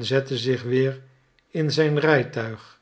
zette zich weer in zijn rijtuig